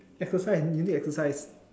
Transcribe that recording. exercise you need exercise